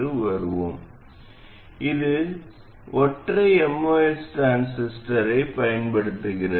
நாம் இதற்குப் பிறகு வருவோம் இது ஒற்றை MOS டிரான்சிஸ்டரைப் பயன்படுத்துகிறது